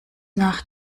nach